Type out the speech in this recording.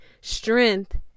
strength